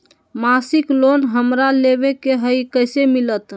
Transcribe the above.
मासिक लोन हमरा लेवे के हई कैसे मिलत?